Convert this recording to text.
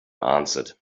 answered